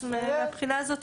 אז מהבחינה הזאת,